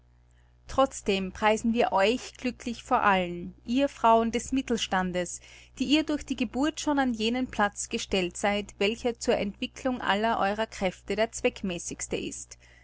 dem preisen wir euch glücklich vor allen ihr frauen des mittelstandes die ihr durch die geburt schon an jenen platz gestellt seid welcher zur entwickelung aller eurer kräfte der zweckmäßigste ist